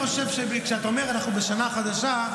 כשאתה אומר "אנחנו" בשנה החדשה,